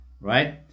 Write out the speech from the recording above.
Right